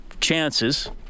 chances